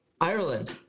ireland